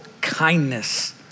kindness